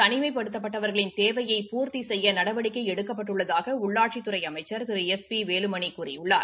தனிமைப்படுத்தப் பட்டவர்களின் தேவையை பூர்த்தி செய்ய நடவடிக்கை எடுக்கப்பட்டுள்ளதாக உள்ளாட்சித துறை அமைச்சள் திரு எஸ் பி வேலுமணி கூறியுள்ளார்